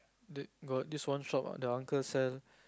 got this one shop ah the uncle sent